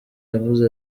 yavuze